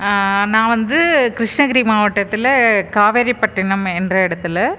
நான் வந்து கிருஷ்ணகிரி மாவட்டத்தில் காவேரிப்பட்டினம் என்ற இடத்துல